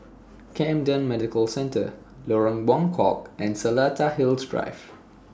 Camden Medical Centre Lorong Buangkok and Seletar Hills Drive